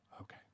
Okay